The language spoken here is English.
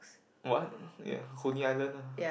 what ya Coney-Island ah